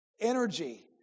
energy